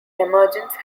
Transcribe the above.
emergence